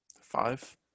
Five